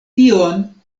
tion